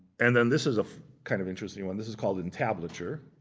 and then this is a kind of interesting one. this is called entablature